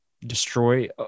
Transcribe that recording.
destroy